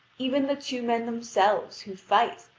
even the two men themselves, who fight,